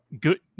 Good